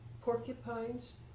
porcupines